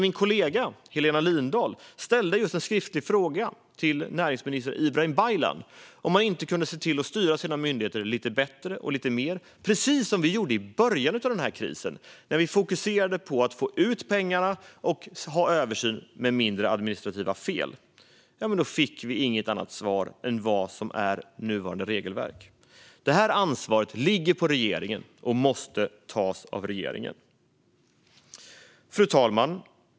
Min kollega Helena Lindahl har ställt en skriftlig fråga till näringsminister Ibrahim Baylan om han inte kan se till att styra sina myndigheter lite bättre och lite mer. Precis så gjordes i början av krisen då man fokuserade på att få ut pengarna och ha översyn med mindre, administrativa fel. Men hon fick inget annat svar än det som nuvarande regelverk anger. Detta ansvar ligger på regeringen, och det måste tas av regeringen. Fru talman!